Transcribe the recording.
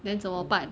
then 怎么办